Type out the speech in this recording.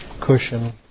cushion